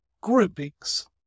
groupings